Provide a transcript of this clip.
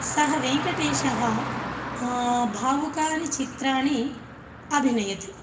सः वेङ्कटेशः भावुकानि चित्राणि अभिनयति